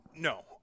No